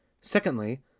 Secondly